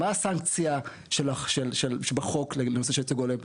מה הסנקציה בחוק לנושא של ייצוג הולם?